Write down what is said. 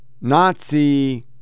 Nazi